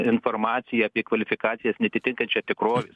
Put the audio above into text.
informaciją apie kvalifikacijas neatitinkančią tikrovės